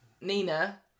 Nina